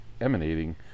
Emanating